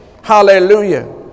hallelujah